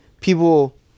people